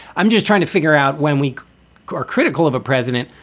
i'm just trying to figure out when we are critical of a president,